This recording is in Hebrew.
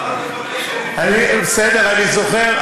אבל בשלב הזה, בסדר, אני זוכר.